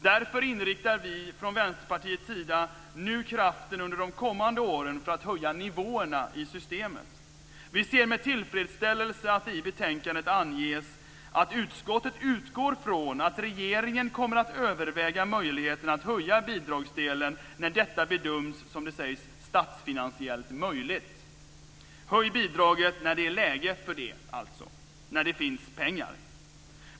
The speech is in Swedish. Därför inriktar vi från Vänsterpartiets sida nu kraften under de kommande åren för att höja nivåerna i systemet. Vi ser med tillfredsställelse att det i betänkandet anges att utskottet utgår från att regeringen kommer att överväga möjligheterna att höja bidragsdelen när detta bedöms, som det sägs, statsfinansiellt möjligt. Höj bidraget när det är läge för det alltså, när det finns pengar.